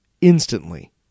instantly